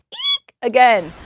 eek again.